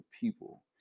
people